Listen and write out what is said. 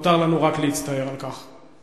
נותר לנו רק להצטער על כך.